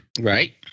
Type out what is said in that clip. Right